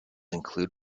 include